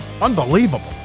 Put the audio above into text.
Unbelievable